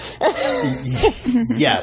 Yes